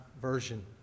version